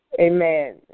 amen